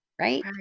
right